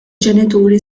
ġenituri